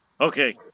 Okay